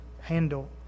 handle